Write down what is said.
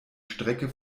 strecke